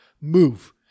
move